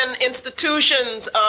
institutions